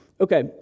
Okay